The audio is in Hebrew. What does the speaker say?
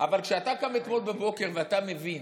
אבל כשאתה קם בבוקר ואתה מבין,